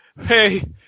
Hey